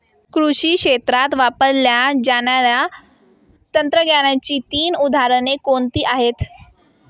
कृषी क्षेत्रात वापरल्या जाणाऱ्या तंत्रज्ञानाची तीन उदाहरणे कोणती आहेत?